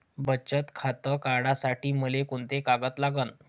बचत खातं काढासाठी मले कोंते कागद लागन?